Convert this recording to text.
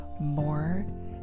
more